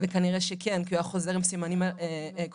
וכנראה שכן, כי הוא היה חוזר עם סימנים כחולים,